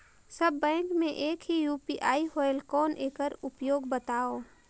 सब bank मे एक ही यू.पी.आई होएल कौन एकर उपयोग बताव?